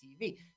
TV